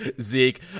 Zeke